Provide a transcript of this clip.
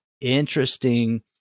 interesting